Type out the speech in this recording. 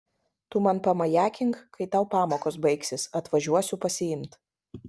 tu man pamajakink kai tau pamokos baigsis atvažiuosiu pasiimt